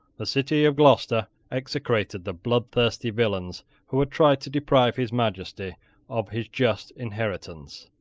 the city of gloucester execrated the bloodthirsty villains who had tried to deprive his majesty of his just inheritance.